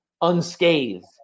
unscathed